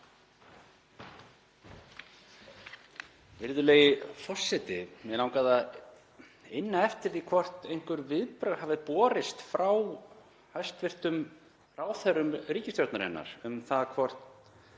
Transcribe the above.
Virðulegi forseti. Mig langaði að inna eftir því hvort einhver viðbrögð hafi borist frá hæstv. ráðherrum ríkisstjórnarinnar um það hvort